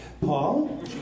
Paul